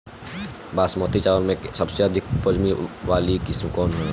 बासमती चावल में सबसे अधिक उपज वाली किस्म कौन है?